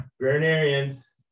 veterinarians